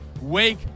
wake